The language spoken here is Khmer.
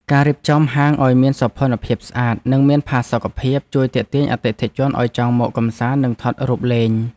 ការរៀបចំហាងឱ្យមានសោភ័ណភាពស្អាត និងមានផាសុកភាពជួយទាក់ទាញអតិថិជនឱ្យចង់មកកម្សាន្តនិងថតរូបលេង។